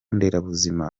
nderabuzima